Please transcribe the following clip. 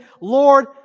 Lord